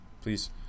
Please